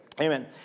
Amen